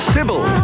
Sybil